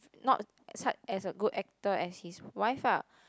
not as a good actor as his wife ah